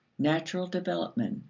natural development,